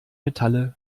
metalle